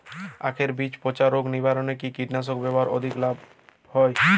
আঁখের বীজ পচা রোগ নিবারণে কি কীটনাশক ব্যবহারে অধিক লাভ হয়?